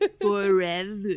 Forever